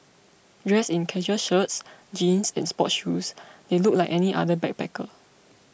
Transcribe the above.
dressed in casual shirts jeans and sports shoes they looked like any other backpacker